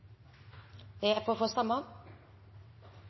Eg er glad for